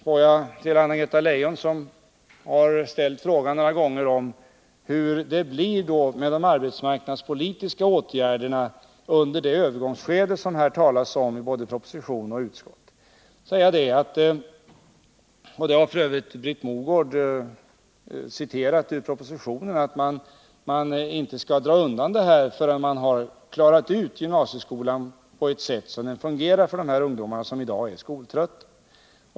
Får jag till Anna-Greta Leijon, som några gånger har ställt frågan hur det blir med de arbetsmarknadspolitiska åtgärderna under det övergångsskede som det talas om både i proposition och utskott säga, och det har f. ö. Britt Mogård citerat ur propositionen, att man inte skall dra undan den här möjligheten förrän man har klarat ut gymnasieskolan på ett sådant sätt att den fungerar för de ungdomar som i dag är skoltrötta.